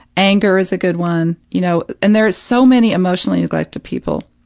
anger is a good one, you know and there's so many emotionally neglected people